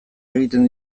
egiten